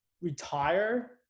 retire